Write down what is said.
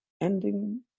ending